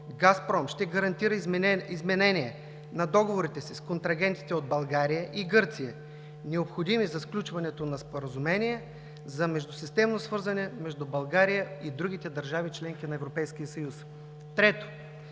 „Газпром“ ще гарантира изменение на договорите си с контрагентите от България и Гърция, необходими за сключването на споразумение за междусистемно свързване между България и другите държави – членки на Европейския съюз. Трето,